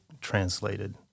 translated